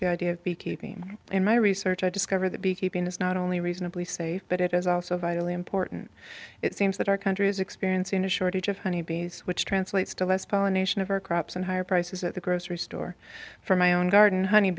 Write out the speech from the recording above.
the idea of beekeeping in my research i discovered that beekeeping is not only reasonably safe but it is also vitally important it seems that our country is experiencing a shortage of honeybees which translates to less pollination of our crops and higher prices at the grocery store for my own garden honey